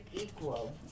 equal